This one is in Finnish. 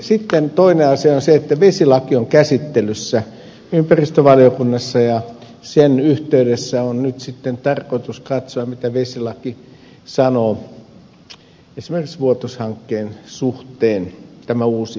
sitten toinen asia on se että vesilaki on käsittelyssä ympäristövaliokunnassa ja sen yhteydessä on nyt sitten tarkoitus katsoa mitä vesilaki sanoo esimerkiksi vuotos hankkeen suhteen tämä uusi vesilakiesitys